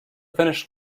finished